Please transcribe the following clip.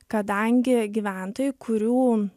kadangi gyventojai kurių